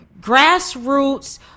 grassroots